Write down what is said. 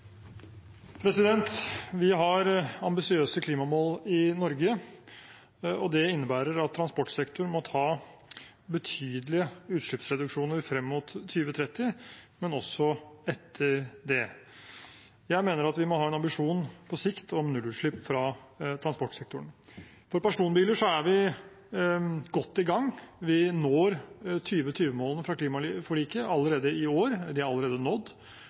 Vi har ambisiøse klimamål i Norge. Det innebærer at transportsektoren må ta betydelige utslippsreduksjoner frem mot 2030, men også etter det. Jeg mener at vi må ha en ambisjon på sikt om nullutslipp fra transportsektoren. For personbiler er vi godt i gang. Vi når 2020-målene fra klimaforliket allerede i år – de er allerede nådd,